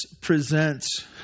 presents